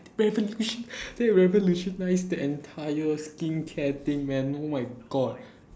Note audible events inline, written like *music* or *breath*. they revolution~ *breath* they revolutionised the entire skincare thing man oh my god *breath*